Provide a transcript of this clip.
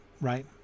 right